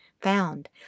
found